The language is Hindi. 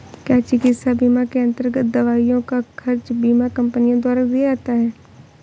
क्या चिकित्सा बीमा के अन्तर्गत दवाइयों का खर्च बीमा कंपनियों द्वारा दिया जाता है?